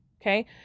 Okay